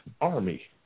army